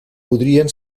podrien